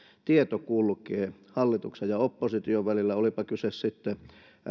tieto kulkee hallituksen ja opposition välillä vaikka olisi kyse sitten